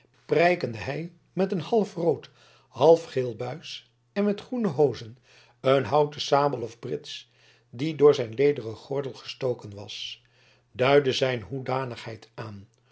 prijkende hij met een half rood half geel buis en met groene hozen een houten sabel of brits die door zijn lederen gordel gestoken was duidde zijn hoedanigheid aan